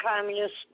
communist